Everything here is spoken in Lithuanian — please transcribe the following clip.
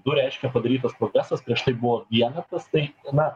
du reiškia padarytas progresas prieš tai buvo vienetas tai na